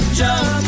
jump